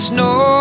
Snow